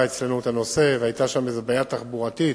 אצלנו את הנושא והיתה שם איזו בעיה תחבורתית.